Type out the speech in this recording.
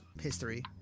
history